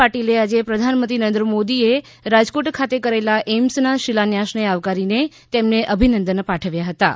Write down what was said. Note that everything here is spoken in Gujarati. પાટીલે આજે પ્રધાનમંત્રી નરેન્દ્ર મોદીએ રાજકોટ ખાતે કરેલા એઈમ્સના શિલાન્યાસને આવકારીને તેમને અભિનંદન પાઠવ્યા હતાં